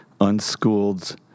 unschooled